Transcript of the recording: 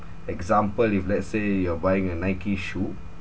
example if let's say you're buying a nike shoe